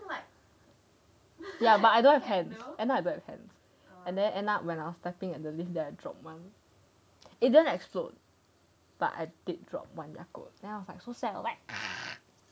but ya I don't have hands then end up I don't have hands and then when I was typing at the lift there I drop one it didn't explode but I did drop one yakult then I was like so sad like ah